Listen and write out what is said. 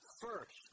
first